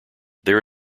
there